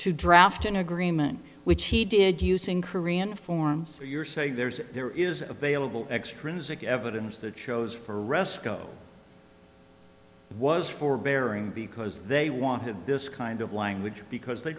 to draft an agreement which he did using korean forms you're saying there's there is available extrinsic evidence that shows for resco was forbearing because they wanted this kind of language because they